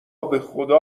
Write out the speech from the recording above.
بخدا